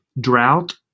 drought